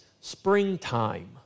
springtime